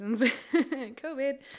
COVID